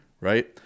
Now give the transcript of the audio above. right